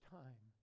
time